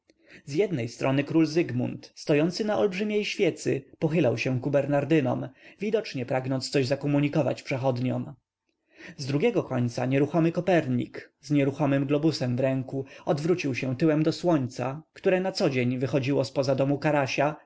z jednej strony król zygmunt stojący na olbrzymiej świecy pochylał się ku bernardynom widocznie pragnąc coś zakomunikować przechodniom z drugiego końca nieruchomy kopernik z nieruchomym globusem w ręku odwrócił się tyłem do słońca które na dzień wychodziło zpoza domu karasia